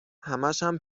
همشم